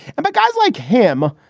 and but guys like him,